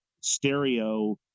stereo